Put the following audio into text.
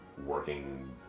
Working